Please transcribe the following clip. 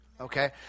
Okay